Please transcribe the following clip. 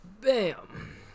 Bam